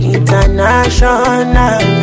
International